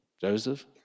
Joseph